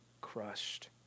crushed